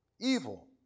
Evil